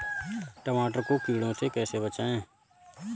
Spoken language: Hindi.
टमाटर को कीड़ों से कैसे बचाएँ?